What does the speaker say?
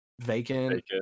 Vacant